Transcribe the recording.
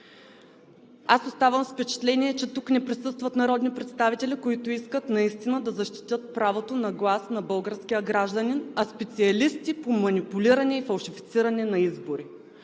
Аз оставам с впечатление, че тук не присъстват народни представители, които искат наистина да защитят правото на глас на българския гражданин, а специалисти по манипулиране и фалшифициране на избори.